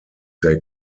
they